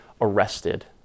arrested